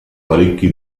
parecchi